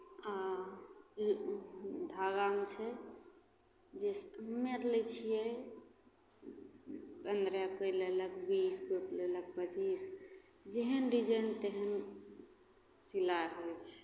आ धागामे छै जैसे हम्मे अर लै छियै पन्द्रह कोइ लेलक बीस कोइ लेलक पच्चीस जेहन डिजाइन तेहन सिलाइ होइ छै